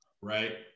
right